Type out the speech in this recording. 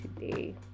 today